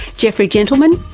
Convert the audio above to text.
jeffrey gettleman,